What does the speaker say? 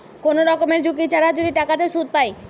কোন রকমের ঝুঁকি ছাড়া যদি টাকাতে সুধ পায়